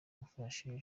gufasha